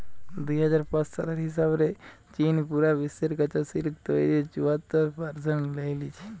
দুই হাজার পাঁচ সালের হিসাব রে চীন পুরা বিশ্বের কাচা সিল্ক তইরির চুয়াত্তর পারসেন্ট লেই লিচে